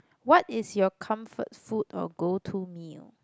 what is your comfort food or go to meal